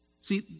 See